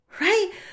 right